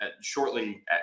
shortly